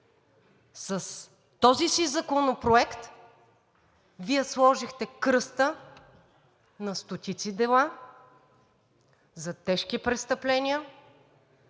С този си законопроект Вие сложихте кръста на стотици дела за тежки престъпления